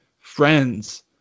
friends